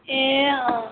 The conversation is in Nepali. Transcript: ए अँ